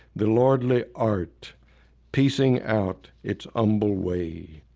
the lordly art piecing out its ah humble way